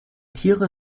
tiere